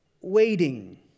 waiting